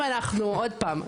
עוד פעם,